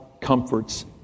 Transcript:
comforts